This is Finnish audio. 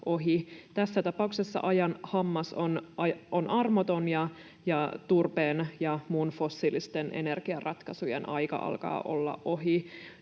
Tässä tapauksessa ajan hammas on armoton, ja turpeen ja muiden fossiilisten energiaratkaisujen aika alkaa olla ohi.